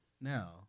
now